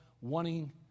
wanting